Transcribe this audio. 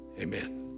Amen